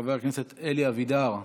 חבר הכנסת אלי אבידר,